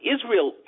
Israel